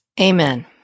Amen